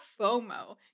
FOMO